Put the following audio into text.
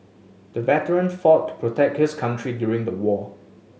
the veteran fought to protect his country during the war